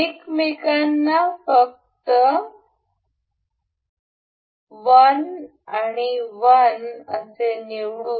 एकमेकांना फक्त 1 आणि 1 निवडू